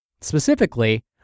specifically